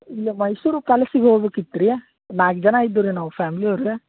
ಇಲ್ಲೇ ಮೈಸೂರು ಪ್ಯಾಲೆಸಿಗೆ ಹೋಗ್ಬೇಕ್ ಇತ್ರ್ಯ ನಾಲ್ಕು ಜನ ಇದ್ದು ರೀ ನಾವು ಫಾಮ್ಲಿ ಅವ್ಯ್ರ